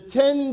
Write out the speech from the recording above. ten